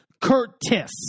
Curtis